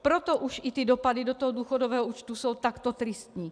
Proto už i ty dopady do důchodového účtu jsou takto tristní.